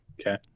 Okay